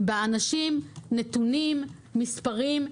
באנשים נתונים, מספרים.